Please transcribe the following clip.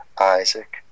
Isaac